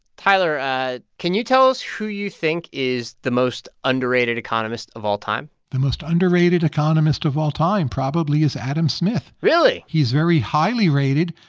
tyler, can you tell us who you think is the most underrated economist of all time? the most underrated economist of all time probably is adam smith really? he's very highly rated,